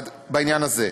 בעניין הזה.